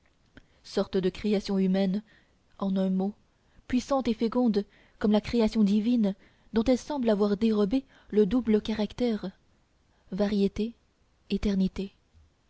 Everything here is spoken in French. sorte de création humaine en un mot puissante et féconde comme la création divine dont elle semble avoir dérobé le double caractère variété éternité